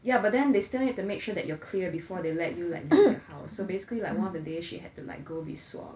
yeah but then they still need to make sure that you're clear before they let you like go to your house so basically like one of the day she had to like go be swab